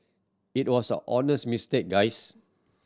it was honest mistake guys